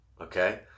Okay